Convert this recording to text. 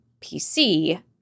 PC